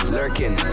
lurking